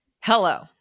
hello